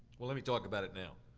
well, let me talk about it now.